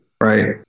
right